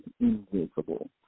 invisible